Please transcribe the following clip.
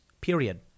period